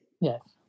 Yes